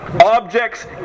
objects